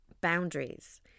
Boundaries